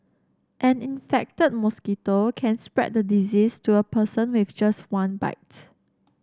an infected mosquito can spread the disease to a person with just one bites